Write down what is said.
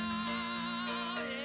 out